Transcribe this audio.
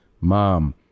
mom